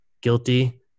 guilty